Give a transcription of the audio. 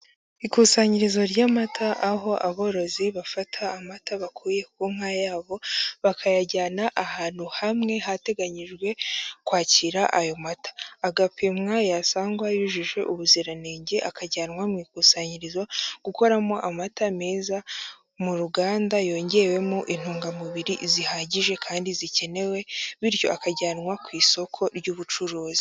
Ikusanyirizo ry'amata, aho aborozi bafata amata bakuye ku nka yabo, bakayajyana ahantu hamwe hateganyijwe kwakira ayo mata, agapimwa yasangwa yujuje ubuziranenge, akajyanwa mu ikusanyirizo gukoramo amata meza mu ruganda yongewemo intungamubiri zihagije kandi zikenewe, bityo akajyanwa ku isoko ry'ubucuruzi.